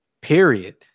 Period